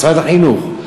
משרד החינוך,